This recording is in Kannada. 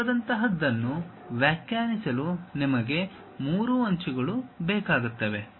ಮುಖದಂತಹದನ್ನು ವ್ಯಾಖ್ಯಾನಿಸಲು ನಿಮಗೆ 3 ಅಂಚುಗಳು ಬೇಕಾಗುತ್ತವೆ